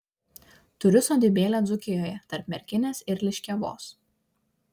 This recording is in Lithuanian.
turiu sodybėlę dzūkijoje tarp merkinės ir liškiavos